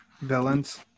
villains